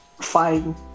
fine